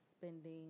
spending